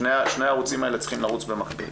שני הערוצים האלה צריכים לרוץ במקביל.